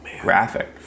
graphic